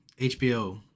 HBO